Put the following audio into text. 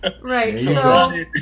Right